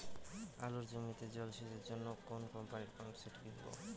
আলুর জমিতে জল সেচের জন্য কোন কোম্পানির পাম্পসেট কিনব?